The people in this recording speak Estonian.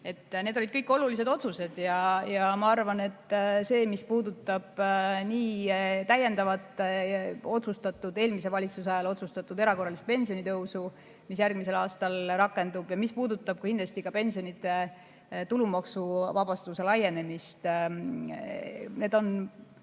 Need olid kõik olulised otsused. Ma arvan, et mis puudutab täiendavat, eelmise valitsuse ajal otsustatud erakorralist pensionitõusu, mis järgmisel aastal rakendub, ja mis puudutab kindlasti ka pensionide tulumaksuvabastuse laienemist – need on